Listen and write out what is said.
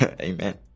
Amen